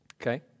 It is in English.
Okay